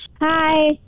Hi